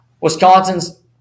wisconsin's